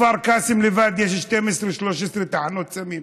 בכפר קאסם לבד יש 13-12 תחנות סמים.